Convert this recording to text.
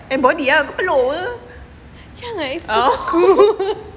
and body ah aku peluh uh